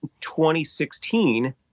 2016